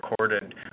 recorded